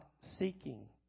seeking